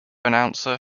announcer